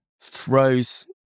throws